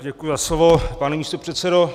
Děkuji za slovo, pane místopředsedo.